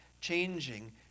changing